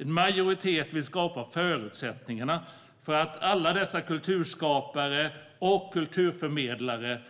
En majoritet vill skapa förutsättningarna för att alla dessa kulturskapare och kulturförmedlare